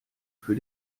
für